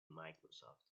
microsoft